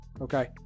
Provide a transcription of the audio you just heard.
Okay